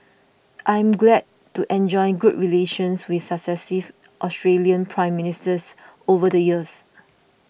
I am glad to enjoyed good relations with successive Australian Prime Ministers over the years